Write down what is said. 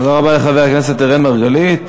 תודה רבה לחבר הכנסת אראל מרגלית.